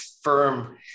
firm